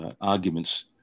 arguments